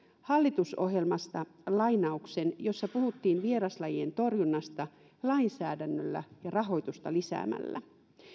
hallitusohjelmasta lainauksen jossa puhuttiin vieraslajien torjunnasta lainsäädännöllä ja rahoitusta lisäämällä